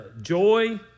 joy